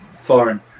foreign